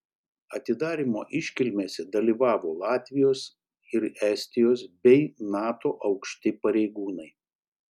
atidarymo iškilmėse dalyvavo latvijos ir estijos bei nato aukšti pareigūnai